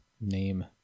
name